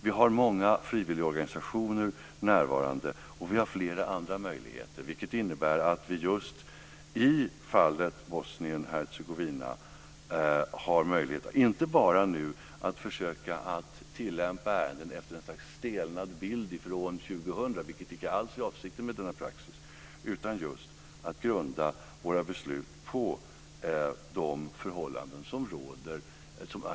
Vi har många frivilligorganisationer närvarande och vi har flera andra möjligheter. Det innebär att vi just i fallet Bosnien Hercegovina har möjlighet inte bara att försöka tilllämpa ett slags stelnad bild från 2000 på ärendena, vilket icke alls är avsikten med denna praxis, utan just att grunda våra beslut på de aktuella förhållanden som råder.